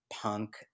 punk